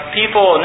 people